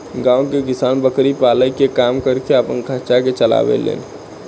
गांव के किसान बकरी पालन के काम करके आपन खर्चा के चलावे लेन